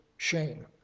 shame